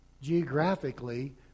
geographically